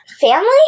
Family